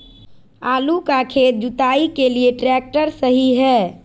आलू का खेत जुताई के लिए ट्रैक्टर सही है?